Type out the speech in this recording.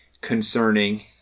Concerning